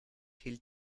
hielt